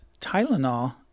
Tylenol